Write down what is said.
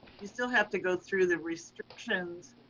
you still have to go through the restrictions